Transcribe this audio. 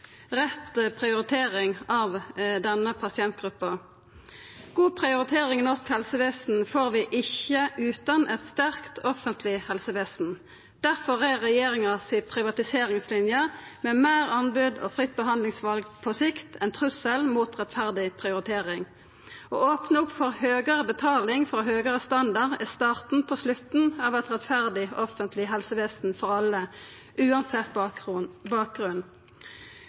rett prioritering av denne pasientgruppa. God prioritering i norsk helsevesen får vi ikkje utan eit sterkt offentleg helsevesen. Difor er regjeringas privatiseringslinje – med fleire anbod og fritt behandlingsval – på sikt ein trussel mot rettferdig prioritering. Å opna opp for høgare betaling for høgare standard er starten på slutten av eit rettferdig offentleg helsevesen for alle, uansett bakgrunn.